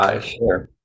sure